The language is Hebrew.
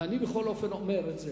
ואני בכל אופן אומר את זה